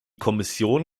kommission